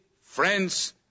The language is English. friends